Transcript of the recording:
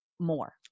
more